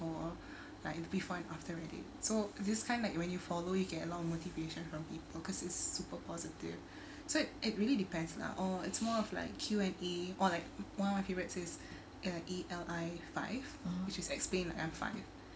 or like the before and after reddit so this kind like you when you follow you get along motivation from people cause it's super positive so it really depends lah or it's more of like Q&A or like one of my favorites is err E_L_I five which is explain like I'm five